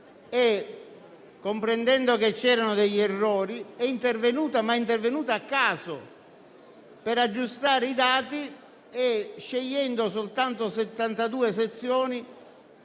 Comprendendo che c'erano degli errori, essa è intervenuta, ma a caso, per aggiustare i dati, scegliendo soltanto 72 sezioni,